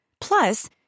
Plus